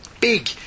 big